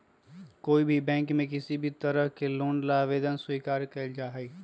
कोई भी बैंक में किसी भी तरह के लोन ला आवेदन स्वीकार्य कइल जाहई